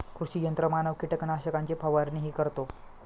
कृषी यंत्रमानव कीटकनाशकांची फवारणीही करतो